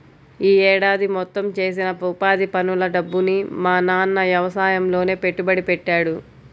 యీ ఏడాది మొత్తం చేసిన ఉపాధి పనుల డబ్బుని మా నాన్న యవసాయంలోనే పెట్టుబడి పెట్టాడు